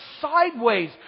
sideways